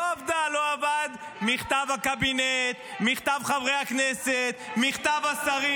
לא עבד מכתב הקבינט, מכתב חברי הכנסת, מכתב השרים.